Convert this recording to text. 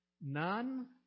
None